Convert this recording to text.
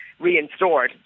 reinstored